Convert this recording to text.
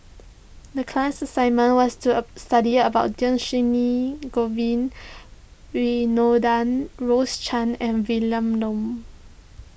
the class assignment was to a study about Dhershini Govin Winodan Rose Chan and Vilma Laus